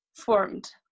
formed